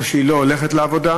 או שהיא לא הולכת לעבודה,